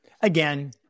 Again